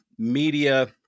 Media